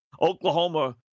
Oklahoma